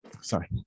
Sorry